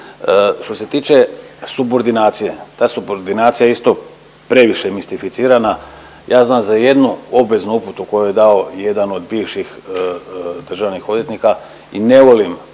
Što se tiče subordinacija, ta subordinacija je isto previše mistificirana. Ja znam za jednu obveznu uputu koju je dao jedan od bivših državnih odvjetnika i ne volim,